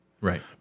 Right